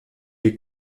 les